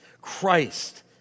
Christ